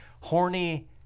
horny